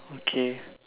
okay